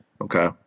okay